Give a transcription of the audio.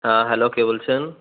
হ্যাঁ হ্যালো কে বলছেন